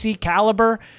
caliber